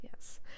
Yes